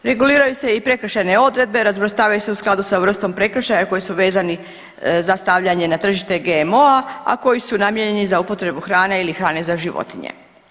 Reguliraju se i prekršajne odredbe, razvrstavaju se u skladu sa vrstom prekršaja koji su vezani za stavljanje na tržište GMO-a, a koji su namijenjeni za upotrebu hrane ili hrane za životinje.